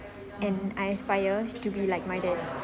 and I aspire to be like my dad